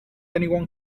anyone